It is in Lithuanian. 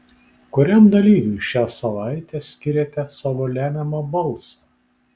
kuriam dalyviui šią savaitę skiriate savo lemiamą balsą